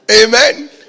Amen